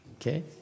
Okay